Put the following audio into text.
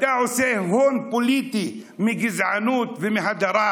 אתה עושה הון פוליטי מגזענות ומהדרה,